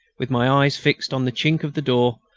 with my eyes fixed on the chink of the door,